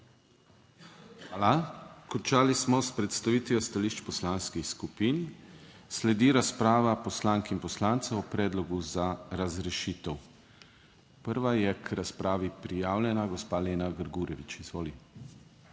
Hvala. Končali smo s predstavitvijo stališč poslanskih skupin. Sledi razprava poslank in poslancev o predlogu za razrešitev. Prva je k razpravi prijavljena gospa Lena Grgurevič. Izvoli.